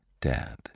dead